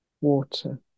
Water